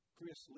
Chris